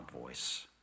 voice